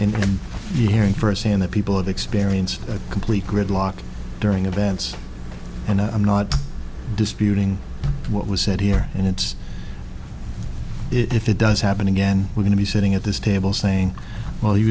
hearing firsthand the people have experienced a complete gridlock during events and i'm not disputing what was said here and it's if it does happen again we're going to be sitting at this table saying well he